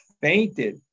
fainted